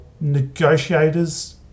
negotiators